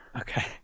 Okay